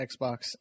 Xbox